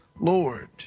Lord